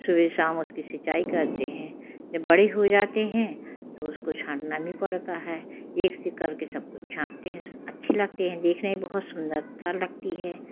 सुबह शाम उसकी सिंचाई करते हैं जब बड़े हो जाते हैं तो उसको छानना भी पड़ता है एक शिकर के सबको छांटते हैं अच्छे लगते हैं देखने में बहुत सुंदरता लगती है